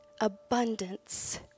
abundance